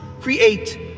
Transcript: create